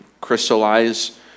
crystallize